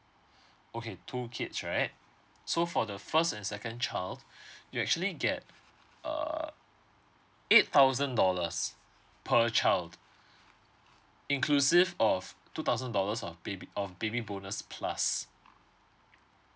okay two kids right so for the first and second child you actually get err eight thousand dollars per child inclusive of two thousand dollars of baby of baby bonus plus